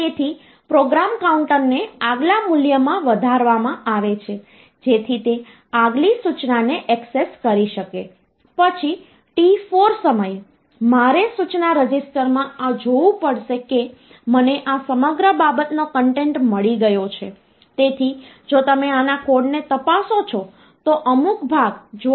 તેથી મૂળભૂત રીતે જો આ સંખ્યા એવી હોય કે તે નંબર સિસ્ટમમાં તેને ચોક્કસ રીતે રજૂ કરી શકાતી નથી ઉદાહરણ તરીકે જો અપૂર્ણાંક ભાગ 0